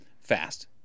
Fast